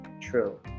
True